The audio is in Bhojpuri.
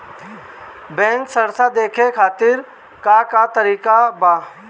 बैंक सराश देखे खातिर का का तरीका बा?